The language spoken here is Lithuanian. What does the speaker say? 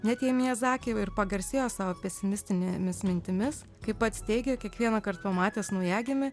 net jei miazaki ir pagarsėjo savo pesimistinėmis mintimis kaip pats teigė kiekvienąkart pamatęs naujagimį